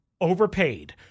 overpaid